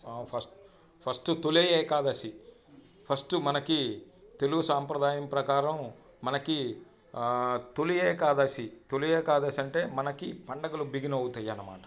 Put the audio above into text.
first first Toli Ekadashi first మనకి తెలుగు సాంప్రదాయం ప్రకారం మనకి తొలి ఏకాదశి తొలి ఏకాదశంటే మనకి పండగలు బిగిన్ అవుతాయనమాట